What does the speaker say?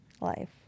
Life